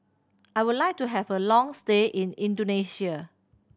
I would like to have a long stay in Indonesia